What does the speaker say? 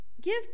give